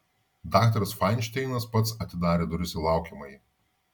daktaras fainšteinas pats atidarė duris į laukiamąjį